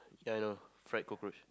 ya I know fried cockroach